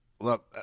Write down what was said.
Look